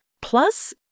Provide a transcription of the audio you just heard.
Plus